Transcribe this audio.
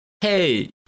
hey